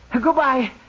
Goodbye